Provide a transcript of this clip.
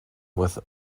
with